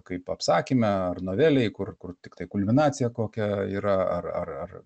kaip apsakyme ar novelėj kur kur tiktai kulminacija kokia yra ar ar ar